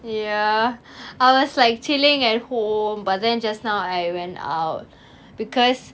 ya I was like chilling at home but then just now I went out because